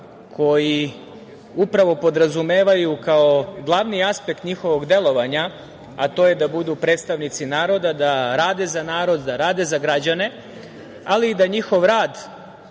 koji upravo podrazumevaju kao glavni aspekt njihovog delovanja, a to je da budu predstavnici naroda, da rade za narod, da rade za građane, ali i da njihov rad